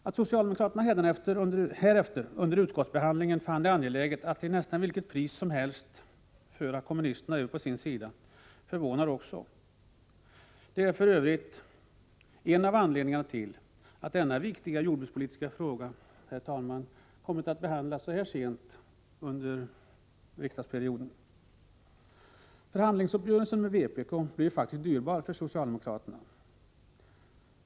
Att socialdemokraterna härefter under utskottsbehandlingen fann det angeläget att till nästan vilket pris som helst föra kommunisterna över på sin sida förvånar också. Detta är för övrigt, herr talman, en av anledningarna till att denna viktiga jordbruksfråga kommit att behandlas så sent under riksdagsperioden som nu är fallet. Förhandlingsuppgörelsen med vpk blev ju faktiskt dyrbar för socialdemokraterna.